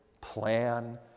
plan